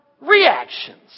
reactions